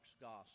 gospel